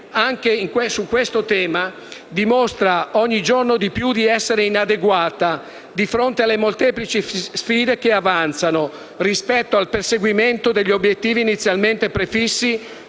anche su questo tema, dimostra ogni giorno di più di essere inadeguata di fronte alle molteplici sfide che avanzano, rispetto al perseguimento degli obiettivi inizialmente prefissi